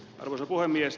arvoisa puhemies